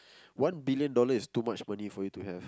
one billion dollar is too much money for you to have